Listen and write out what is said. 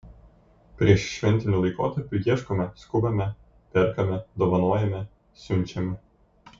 prieššventiniu laikotarpiu ieškome skubame perkame dovanojame siunčiame